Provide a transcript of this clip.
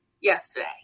yesterday